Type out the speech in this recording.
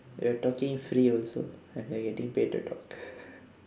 we're talking free also and we're getting paid to talk